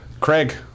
Craig